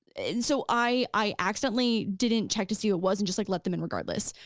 and so i accidentally didn't check to see who it was and just like let them in regardless.